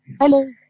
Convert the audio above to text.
Hello